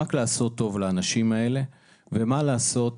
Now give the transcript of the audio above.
רק לעשות טוב לאנשים האלה ומה לעשות,